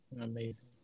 Amazing